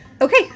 Okay